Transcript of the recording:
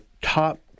top –